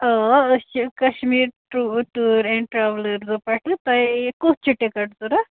آ أسۍ چھِ کَشمیٖر ٹُہ ٹوٗر اینٛڈ ٹرٛلٔرزو پٮ۪ٹھٕ تۄہہِ کوٚت چھِ ٹِکَٹ ضوٚرَتھ